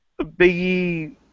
Biggie